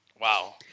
Wow